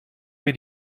wir